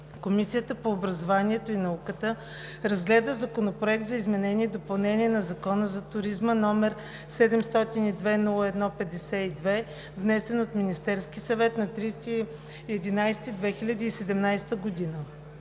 Комисията по образованието и науката разгледа Законопроект за изменение и допълнение на Закона за туризма, № 702-01-52, внесен от Министерския съвет на 30 ноември